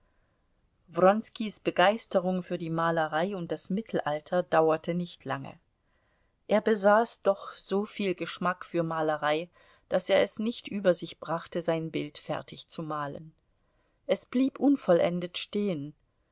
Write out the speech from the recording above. wronskis begeisterung für die malerei und das mittelalter dauerte nicht lange er besaß doch so viel geschmack für malerei daß er es nicht über sich brachte sein bild fertigzumalen es blieb unvollendet stehen